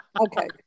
Okay